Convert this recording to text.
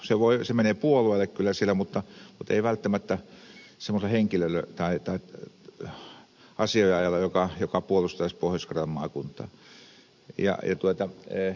se menee puolueelle kyllä siellä mutta ei välttämättä semmoiselle henkilölle tai asioiden ajajalle joka puolustaisi pohjois karjalan maakuntaa